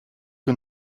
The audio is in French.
que